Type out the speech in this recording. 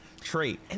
trait